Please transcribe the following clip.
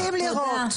תודה.